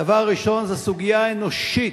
הדבר הראשון זה הסוגיה האנושית,